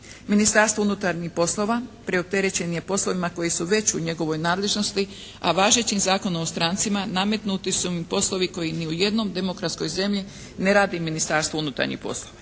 Ministarstvo unutarnjih poslova preopterećen je poslovima koji su već u njegovoj nadležnosti, a važećim Zakonom o strancima nametnuti su mu poslovi koji ni u jednoj demokratskoj zemlji ne radi Ministarstvo unutarnjih poslova.